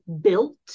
built